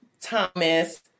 Thomas